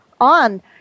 on